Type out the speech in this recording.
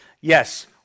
yes